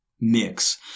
mix